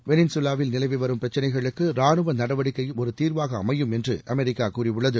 வெளின்சுவாவில் நிலவிவரும் பிரச்சினைகளுக்கு ராணுவ நடவடிக்கையும் ஒரு தீர்வாக அமையும் என்று அமெரிக்கா கூறியுள்ளது